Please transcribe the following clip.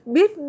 Biết